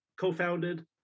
co-founded